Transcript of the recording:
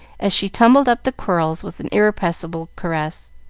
as she tumbled up the quirls with an irrepressible caress,